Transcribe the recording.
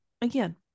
Again